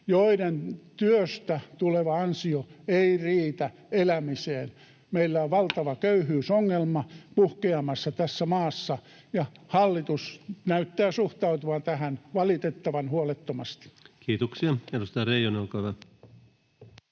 joiden työstä tuleva ansio ei riitä elämiseen. Meillä on valtava köyhyysongelma puhkeamassa tässä maassa, ja hallitus näyttää suhtautuvan tähän valitettavan huolettomasti. Kiitoksia. — Edustaja Reijonen, olkaa hyvä.